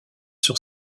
sur